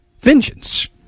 vengeance